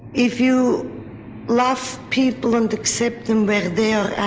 if you love people and accept them where they are at